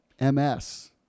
MS